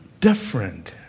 different